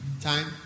Time